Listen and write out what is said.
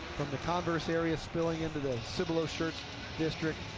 the converse area spilling into the cibolo schertz district,